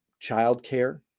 childcare